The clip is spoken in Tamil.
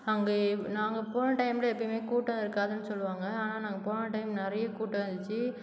அங்கே நாங்கள் போன டைமில் எப்பேயுமே கூட்டம் இருக்காதுன்னு சொல்வாங்க ஆனால் நாங்கள் போன டைம் நிறைய கூட்டம் இருந்துச்சு